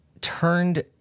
turned